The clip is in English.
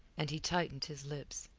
and he tightened his lips.